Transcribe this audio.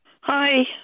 hi